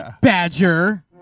Badger